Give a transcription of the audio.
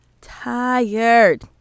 tired